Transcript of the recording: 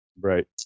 Right